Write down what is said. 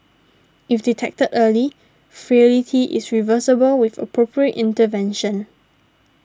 if detected early frailty is reversible with appropriate intervention